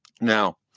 Now